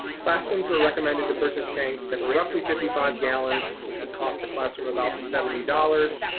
classrooms were recommended to purchase tanks that were roughly fifty five gallons, which would cost the classroom about seventy dollars.